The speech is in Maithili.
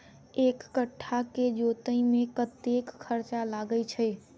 एक कट्ठा केँ जोतय मे कतेक खर्चा लागै छै?